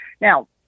Now